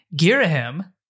Girahim